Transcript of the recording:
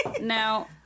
Now